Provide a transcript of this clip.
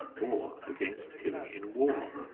or against killing in war,